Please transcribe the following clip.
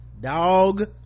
Dog